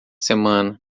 semana